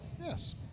Yes